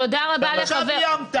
אתה עכשיו איימת.